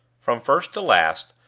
from first to last,